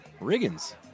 Riggins